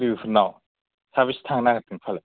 लोगोफोरनाव साबेसे थांनो नागिरदों फालाय